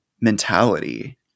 mentality